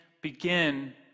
begin